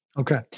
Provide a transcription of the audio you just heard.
Okay